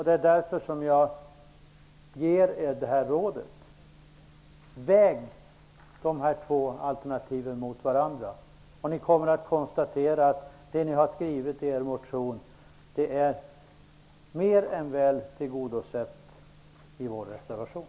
Det är därför som jag ger er detta råd: Väg de två alternativen mot varandra, och ni kommer att konstatera att det ni har skrivit i er motion är mer än väl tillgodosett i vår reservation.